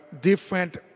different